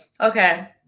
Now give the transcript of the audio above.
Okay